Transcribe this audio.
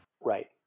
Right